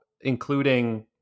including